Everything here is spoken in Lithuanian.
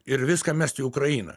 ir viską mest į ukrainą